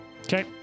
Okay